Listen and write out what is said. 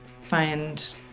find